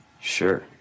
Sure